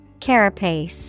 Carapace